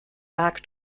back